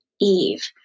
Eve